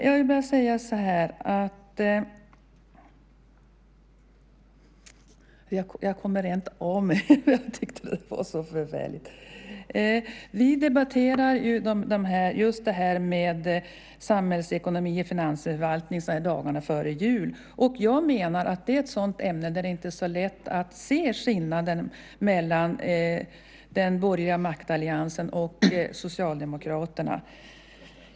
Jag vill bara säga så här - jag kommer nästan av mig, för jag tyckte att det där var så förfärligt: Vi debatterar just det här med samhällsekonomi och finansförvaltning så här dagarna före jul, och jag menar att det är ett sådant ämne där det inte är så lätt att se skillnaden mellan den borgerliga maktalliansen och Socialdemokraterna.